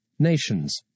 nations